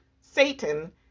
Satan